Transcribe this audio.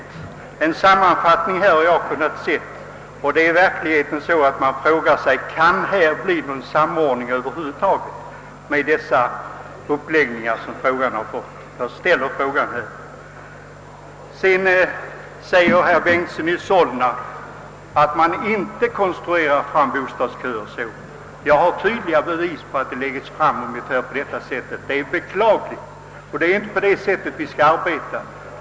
Efter att ha sett en sammanfattning av svaren ställer jag frågan, om det över huvud taget kan bli någon samordning, med den uppläggning som saken fått. Vidare säger herr Bengtson i Solna att kommunerna inte konstruerar fram bostadsköer på det sätt som jag nämnt. Jag har klara bevis för att man redovisat sina köer ungefär på detta sätt. Det är beklagligt; det är ju inte så vi skall arbeta.